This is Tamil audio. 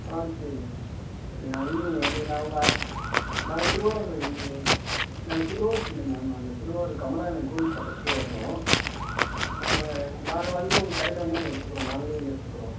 சரி மேம் சரி நான் ஈவினிங் வந்து நான் உங்கள் நாங்கள் திருவாரூர் இந்த நாங்கள் திருவாரூர் சைடு மேம் அந்த திருவாரூர் கமலாலயம் கோவில் பக்கத்தில் வரணும் நாங்கள் நாங்கள் வந்து உங்கள் கடையில் வந்து நாங்கள் எடுத்துக்கிறோம் நாங்களே வந்து எடுத்துக்கிறோம்